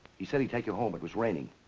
he said he'd take you home, it was raining.